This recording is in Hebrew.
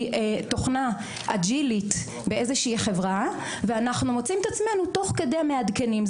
תוכנה אג'ילית באיזושהי חברה ואנחנו מוצאים את עצמנו תוך כדי מעדכנים.